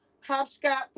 hopscotch